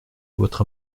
votre